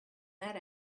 that